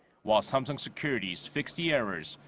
while samsung securities fixed the errors.